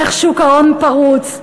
איך שוק ההון פרוץ,